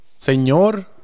Señor